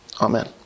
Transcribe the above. Amen